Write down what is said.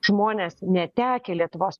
žmonės netekę lietuvos